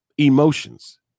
emotions